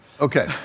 Okay